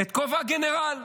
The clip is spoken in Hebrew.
את כובע הגנרל,